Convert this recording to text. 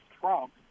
Trump